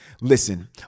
Listen